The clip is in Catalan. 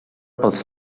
pels